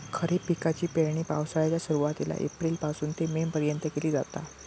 खरीप पिकाची पेरणी पावसाळ्याच्या सुरुवातीला एप्रिल पासून ते मे पर्यंत केली जाता